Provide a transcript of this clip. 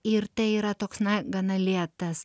ir tai yra toks na gana lėtas